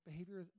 Behavior